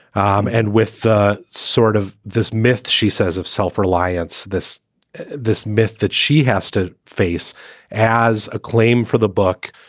um and with sort of this myth, she says, of self-reliance this this myth that she has to face as a claim for the book,